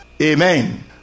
Amen